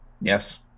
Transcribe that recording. Yes